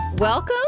Welcome